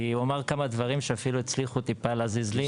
כי הוא אמר כמה דברים שאפילו הצליחו טיפה להזיז לי.